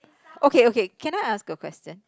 okay okay can I ask a question